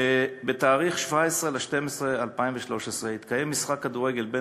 בתאריך 17 בדצמבר 2013 התקיים משחק כדורגל בין